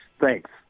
Thanks